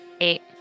Eight